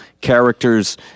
characters